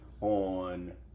on